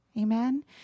amen